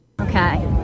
Okay